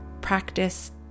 Practice